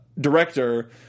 director